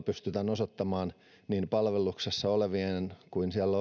pystytään osoittamaan että niin palveluksessa olevista kuin siellä